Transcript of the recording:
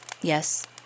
Yes